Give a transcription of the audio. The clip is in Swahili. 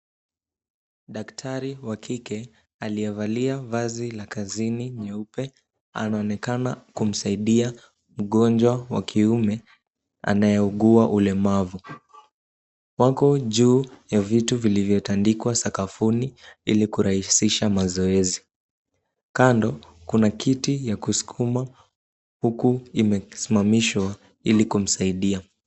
Daktari wa kike aliyevalia vazi la kazini nyeupe anaonekana kumsaidia mgonjwa wa kiume, anayeugua ulemavu .Wako juu ya vitu vilivyotandikwa sakafuni ili kurahisisha mazoezi, kando kuna kiti ya kusukuma huku imesimamishwa ili kumsaidia.